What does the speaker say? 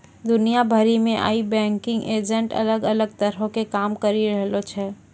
दुनिया भरि मे आइ बैंकिंग एजेंट अलग अलग तरहो के काम करि रहलो छै